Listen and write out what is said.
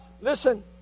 listen